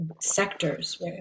sectors